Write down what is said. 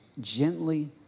gently